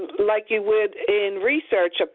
like you would in research, ah